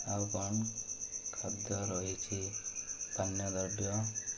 ଆଉ କ'ଣ ଖାଦ୍ୟ ରହିଛି ପାନୀୟ ଦ୍ରବ୍ୟ